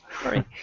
Sorry